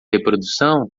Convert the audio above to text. reprodução